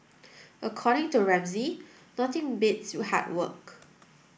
according to Ramsay nothing beats hard work